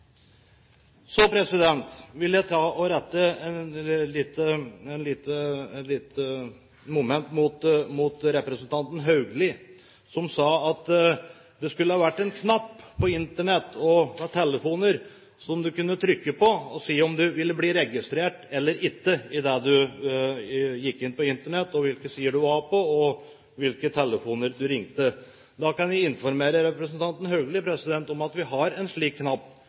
Så har jeg et lite moment til representanten Haugli, som sa at det skulle ha vært en knapp på Internett og telefoner som man kunne trykke på for å se om man ble registrert eller ikke idet man gikk inn på Internett, hvilke sider man var på, og hvilke telefoner man ringte. Da kan jeg informere representanten Haugli om at vi har en slik knapp.